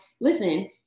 listen